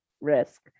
risk